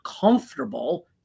comfortable